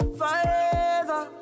forever